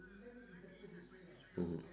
mmhmm